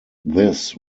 this